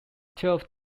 twelve